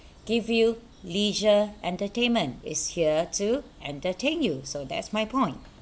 give you leisure entertainment it's here to entertain you so that's my point